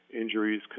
injuries